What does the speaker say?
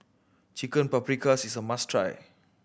Chicken Paprikas is a must try